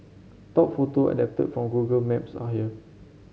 top photo adapted from Google Maps are here